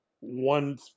one